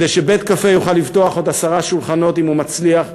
כדי שבית-קפה יוכל לפתוח עוד עשרה שולחנות אם הוא מצליח,